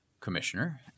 Commissioner